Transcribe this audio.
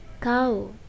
cow